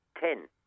Ten